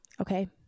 okay